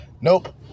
Nope